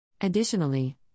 Additionally